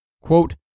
Quote